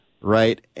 Right